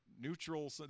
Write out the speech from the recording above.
neutral